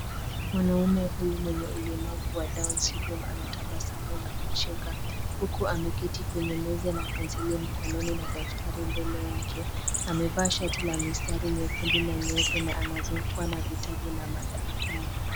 Mwanaume huyu mwenye ulemavu wa down syndrome anatabasamu na kucheka huku ameketi kwenye meza na penseli mkononi na daftari mbele yake. Amevaa shati la mistari nyekundu na nyeupe na anazungukwa na kalamu na madaftari.